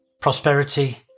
prosperity